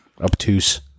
obtuse